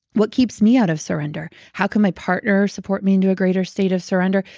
what keeps me out of surrender? how can my partner support me into a greater state of surrender?